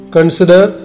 Consider